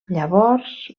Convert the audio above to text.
llavors